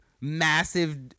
massive –